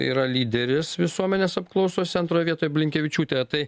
yra lyderis visuomenės apklausose antroje vietoj blinkevičiūtė tai